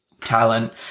talent